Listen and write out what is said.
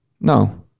No